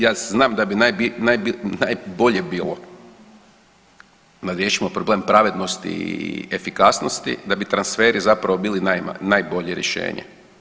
Ja znam da bi najbolje bilo da riješimo problem pravednosti i efikasnosti da bi transferi zapravo bili najbolje rješenje.